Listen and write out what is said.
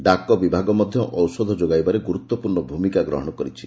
ଡାକ ବିଭାଗ ମଧ୍ଧ ଔଷଧ ଯୋଗାଇବାରେ ଗୁରୁତ୍ୱପ୍ରର୍ଷ ଭ୍ରମିକା ଗ୍ରହଣ କରିଛି